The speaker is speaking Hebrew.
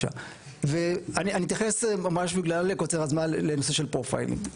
אני אתייחס ממש בקצרה בגלל קוצר הזמן לנושא של פרופיילינג.